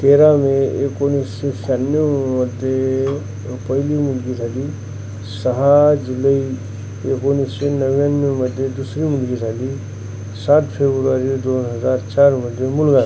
तेरा मे एकोणिसशे शहाण्णवमध्ये पहिली मुलगी झाली सहा जुलै एकोणिसशे नव्याण्णवमध्ये दुसरी मुलगी झाली सात फेब्रुवरी दोन हजार चारमध्ये मुलगा झाला